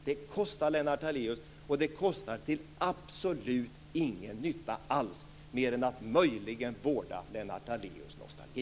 Det kostar, Lennart Daléus, och det kostar till absolut ingen nytta alls mer än att möjligen vårda Lennart Daléus nostalgi.